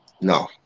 No